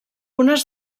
unes